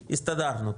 הסתדרנו.